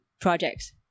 projects